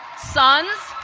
sons,